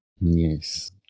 Yes